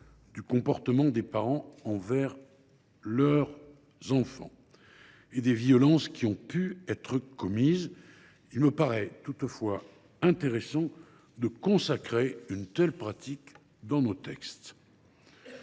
du comportement des parents envers leurs enfants et des violences qui ont pu être commises, il me paraît toutefois intéressant de consacrer une telle pratique dans les textes.